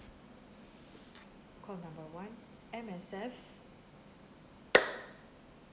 call number one M_S_F